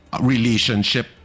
relationship